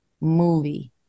movie